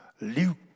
Luke